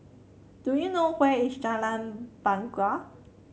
do you know where is Jalan Bangau